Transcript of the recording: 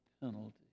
penalty